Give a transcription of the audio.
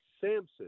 Samson